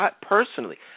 personally